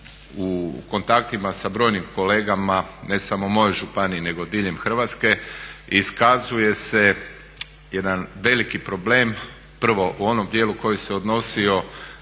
u kontaktima sa brojim kolegama, ne samo u mojoj županiji nego diljem Hrvatske iskazuje se jedan veliki problem prvo u onom djelu koji se odnosio